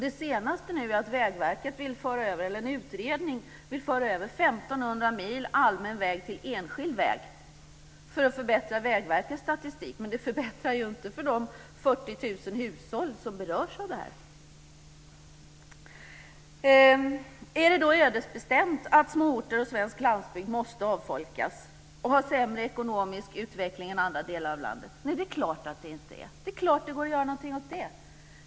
Det senaste är att en utredning vill föra över 1 500 mil allmän väg till enskild väg för att förbättra Vägverkets statistik, men det förbättrar ju inte för de 40 000 hushåll som berörs av det här. Är det då ödesbestämt att småorter och svensk landsbygd måste avfolkas och ha en sämre ekonomisk utveckling än andra delar av landet? Nej, det är klart att det inte är. Det är klart att det går att göra någonting åt det.